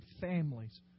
families